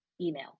email